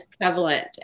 prevalent